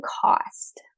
cost